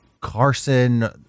carson